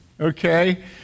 Okay